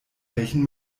welchen